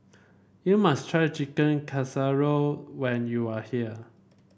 you must try Chicken Casserole when you are here